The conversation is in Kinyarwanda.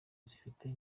bafite